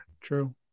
true